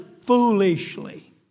Foolishly